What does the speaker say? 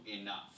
enough